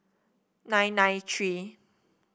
nine nine three